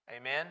Amen